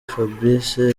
fabrice